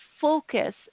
focus